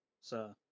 sir